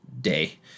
day